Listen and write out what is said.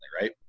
right